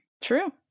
True